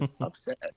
upset